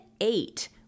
eight